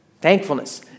Thankfulness